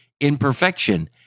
imperfection